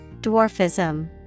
Dwarfism